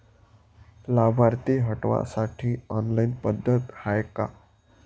लाभार्थी हटवासाठी ऑनलाईन पद्धत हाय का?